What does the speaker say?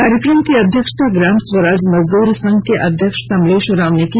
कार्यकम की अध्यक्षता ग्राम स्वराज मजदूर संघ के अध्यक्ष कमलेश उरांव ने की